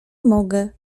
mogę